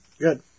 Good